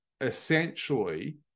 essentially